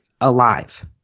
alive